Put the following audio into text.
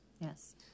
yes